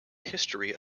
history